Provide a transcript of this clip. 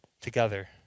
together